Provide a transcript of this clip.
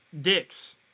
dicks